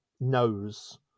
knows